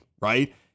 right